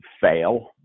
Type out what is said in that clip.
fail